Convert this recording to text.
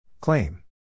Claim